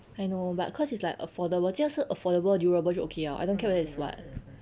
I know but cause it's like affordable 既然是 affordable durable 就 okay liao I don't care whether is what